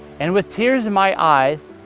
and with tears in my eyes,